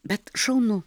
bet šaunu